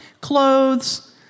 Clothes